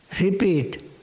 repeat